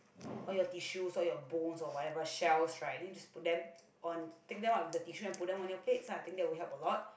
all your tissues all your bones or whatever shells right you need to just put them on take them out with a tissue and put them on your plates lah I think that would help a lot